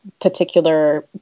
particular